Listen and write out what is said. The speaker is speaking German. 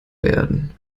werden